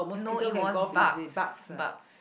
no it was bugs bugs